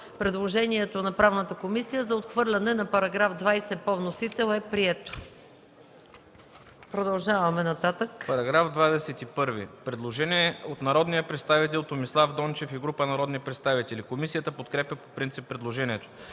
предложението на Правната комисия за отхвърляне на § 20 по вносител е прието. ДОКЛАДЧИК ХАМИД ХАМИД: По § 21 има предложение от народния представител Томислав Дончев и група народни представители. Комисията подкрепя по принцип предложението.